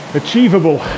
achievable